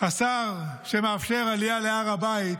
השר שמאפשר עלייה להר הבית